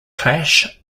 clash